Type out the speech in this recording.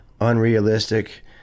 unrealistic